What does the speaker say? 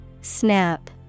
Snap